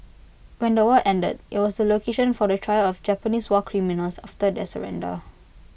when the war ended IT was the location for the trial of Japanese war criminals after their surrender